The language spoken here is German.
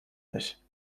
nicht